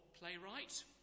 playwright